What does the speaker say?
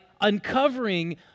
uncovering